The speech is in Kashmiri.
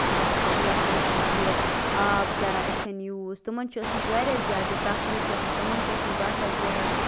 یا یا چھِ ٲسمٕتۍ یہِ آب کران یِتھٕ کٔنۍ یوٗز تِمَن چھُ اوسمُت واریاہ زیادٕ یہِ تَکلیٖف گژھان تِمَن چھُ اوسمُت باسان ظٲہرا